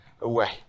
away